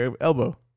elbow